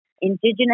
Indigenous